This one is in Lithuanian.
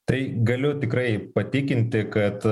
tai galiu tikrai patikinti kad